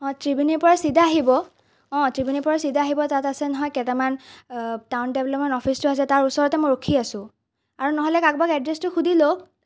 অ ত্ৰিবেনীৰ পৰা চিধা আহিব অ ত্ৰিবেনীৰ পৰা চিধা আহিব তাত আছে নহয় কেইটামান টাউন ডেভেলপমেণ্ট অফিচটো আছে তাৰ ওচৰতে মই ৰখি আছোঁ আৰু নহ'লে কাৰোবাক এড্ৰেছটো সুধি লওক